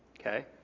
Okay